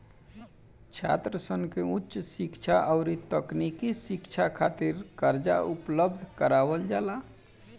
छात्रसन के उच शिक्षा अउरी तकनीकी शिक्षा खातिर कर्जा उपलब्ध करावल जाला